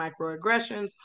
microaggressions